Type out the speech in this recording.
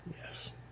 Yes